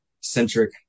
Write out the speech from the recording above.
centric